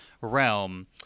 realm